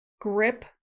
grip